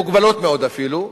מוגבלות מאוד אפילו,